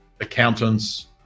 accountants